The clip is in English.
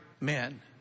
men